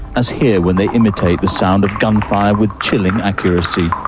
as here when they imitate the sounds of gunfire with chilling accuracy.